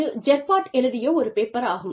இது ஜெர்பாட் எழுதிய ஒரு பேப்பர் ஆகும்